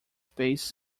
space